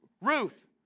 Ruth